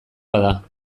bada